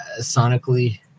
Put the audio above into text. sonically